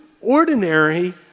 ordinary